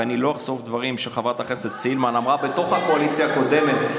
ואני לא אחשוף דברים שחברת הכנסת סילמן אמרה בתוך הקואליציה הקודמת,